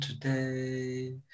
today